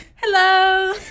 Hello